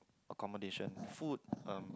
of accommodation food um